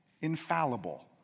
infallible